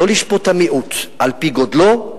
לא לשפוט את המיעוט על-פי גודלו,